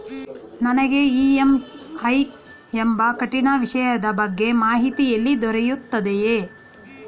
ನನಗೆ ಇ.ಎಂ.ಐ ಎಂಬ ಕಠಿಣ ವಿಷಯದ ಬಗ್ಗೆ ಮಾಹಿತಿ ಎಲ್ಲಿ ದೊರೆಯುತ್ತದೆಯೇ?